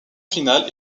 finale